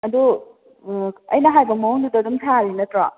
ꯑꯗꯣ ꯑꯩꯅ ꯍꯥꯏꯕ ꯃꯑꯣꯡꯗꯨꯗ ꯑꯗꯨꯝ ꯁꯥꯔꯤ ꯅꯠꯇ꯭ꯔꯣ